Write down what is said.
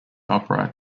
upright